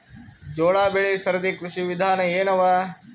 ಜೋಳ ಬೆಳಿ ಸರದಿ ಕೃಷಿ ವಿಧಾನ ಎನವ?